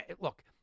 Look